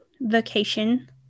vacation